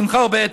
בשמחה ובעצב.